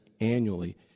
annually